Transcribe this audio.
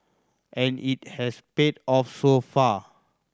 and it has paid off so far